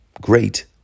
great